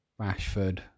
Rashford